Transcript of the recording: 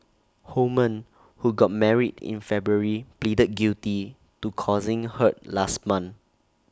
Holman who got married in February pleaded guilty to causing hurt last month